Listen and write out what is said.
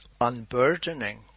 unburdening